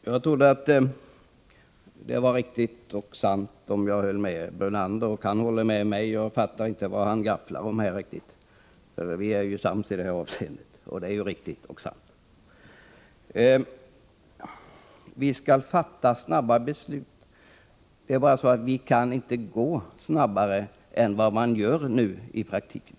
Herr talman! Jag trodde att det var riktigt och sant om jag höll med herr Brunander, och han håller med mig och fattar inte riktigt vad han gafflar om här. Vi är ju sams i det här avseendet — och det är riktigt och sant. Vi skall fatta snabba beslut. Det är bara så att vi inte kan gå snabbare än vad man gör nu i praktiken.